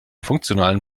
funktionalen